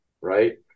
right